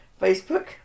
Facebook